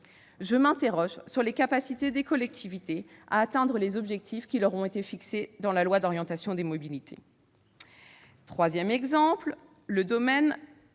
Je m'interroge sur les capacités des collectivités à atteindre les objectifs qui leur ont été fixés dans la loi d'orientation des mobilités. Autre exemple : le domaine